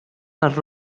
les